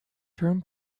term